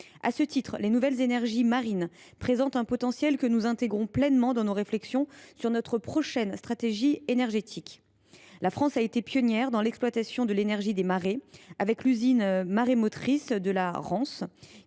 À ce titre, les nouvelles énergies marines présentent un potentiel que nous intégrons pleinement dans nos réflexions sur notre prochaine stratégie énergétique. La France a été pionnière dans l’exploitation de l’énergie des marées, avec l’usine marémotrice de la Rance,